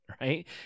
right